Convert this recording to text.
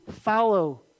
follow